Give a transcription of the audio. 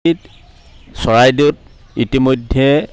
চৰাইদেউত ইতিমধ্যে